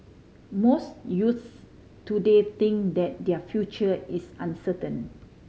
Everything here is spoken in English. most youths today think that their future is uncertain